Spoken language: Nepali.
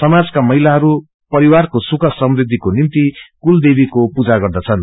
समाजको महिलाहरू परिवारको सुख समृद्विको निम्ति निम्ति कुलदेवीको पूजा गर्दछन्